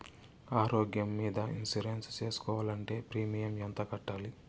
ఆరోగ్యం మీద ఇన్సూరెన్సు సేసుకోవాలంటే ప్రీమియం ఎంత కట్టాలి?